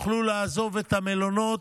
לעזוב את המלונות,